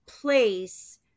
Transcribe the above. place